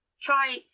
Try